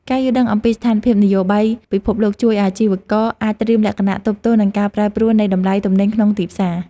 ការយល់ដឹងអំពីស្ថានភាពនយោបាយពិភពលោកជួយឱ្យអាជីវករអាចត្រៀមលក្ខណៈទប់ទល់នឹងការប្រែប្រួលនៃតម្លៃទំនិញក្នុងទីផ្សារ។